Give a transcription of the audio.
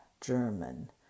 German